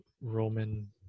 Roman